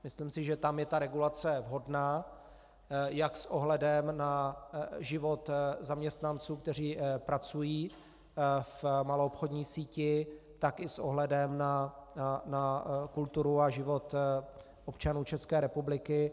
Myslím si, že tam je regulace vhodná jak s ohledem na život zaměstnanců, kteří pracují v maloobchodní síti, tak i s ohledem na kulturu a život občanů České republiky.